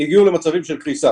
הגיעו למצבים של קריסה.